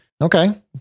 Okay